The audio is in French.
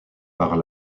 par